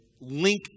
link